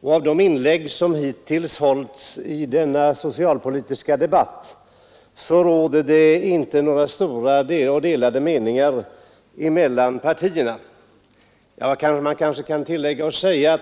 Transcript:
och de inlägg som hittills gjorts i denna socialpolitiska debatt, råder det inte några större meningsskiljaktigheter mellan partierna när det gäller socialpolitiken.